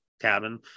cabin